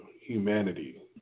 Humanity